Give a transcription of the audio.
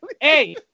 Hey